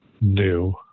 new